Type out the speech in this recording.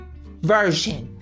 version